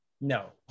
No